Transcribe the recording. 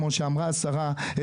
כמו שאמרה השרה,